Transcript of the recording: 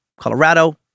Colorado